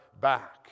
back